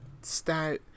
stout